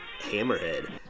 Hammerhead